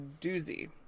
doozy